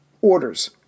Orders